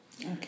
Okay